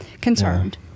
concerned